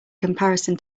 comparison